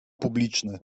publiczny